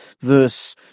verse